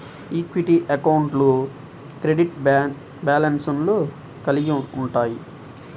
equity అకౌంట్లు credit బ్యాలెన్స్లను కలిగి ఉంటయ్యి